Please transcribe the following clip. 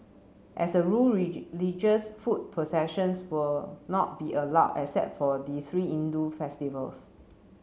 as a rule foot processions will not be allowed except for the three Hindu festivals